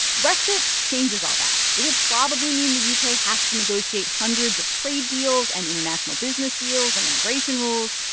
brexit changes all that. it will probably mean the u k. has to negotiate hundreds of trade deals and international business deals and immigration rules,